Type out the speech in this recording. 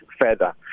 further